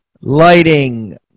lighting